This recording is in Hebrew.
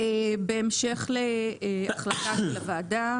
בהמשך להחלטה של הוועדה,